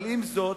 עם זאת,